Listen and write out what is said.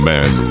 Man